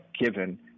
Given